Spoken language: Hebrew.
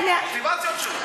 מוטיבציות.